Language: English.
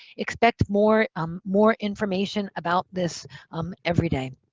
expect more um more information about this um every day.